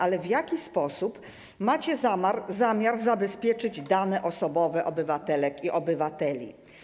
Ale w jaki sposób macie zamiar zabezpieczyć dane osobowe obywatelek i obywateli?